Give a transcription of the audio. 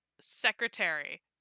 secretary